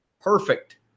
Perfect